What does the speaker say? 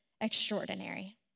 extraordinary